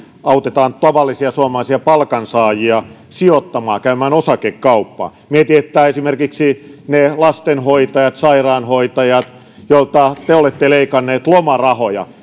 autetaan tavallisia suomalaisia palkansaajia sijoittamaan käymään osakekauppaa mietin että sijoittavatko nyt esimerkiksi ne lastenhoitajat sairaanhoitajat joilta te olette leikanneet lomarahoja